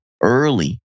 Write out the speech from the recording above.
early